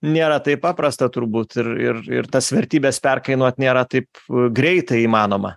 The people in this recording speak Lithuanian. nėra taip paprasta turbūt ir ir ir tas vertybes perkainot nėra taip greitai įmanoma